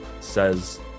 says